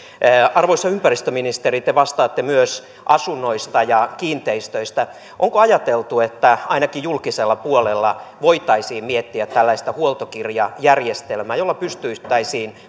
arvoisa ympäristöministeri te vastaatte myös asunnoista ja kiinteistöistä onko ajateltu että ainakin julkisella puolella voitaisiin miettiä tällaista huoltokirjajärjestelmää jolla pystyttäisiin